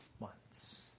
months